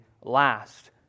last